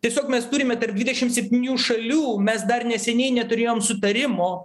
tiesiog mes turime tarp dvidešim septynių šalių mes dar neseniai neturėjom sutarimo